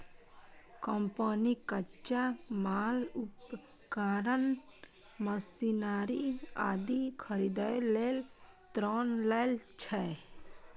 company कच्चा माल, उपकरण, मशीनरी आदि खरीदै लेल ऋण लै छै